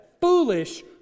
foolish